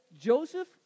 Joseph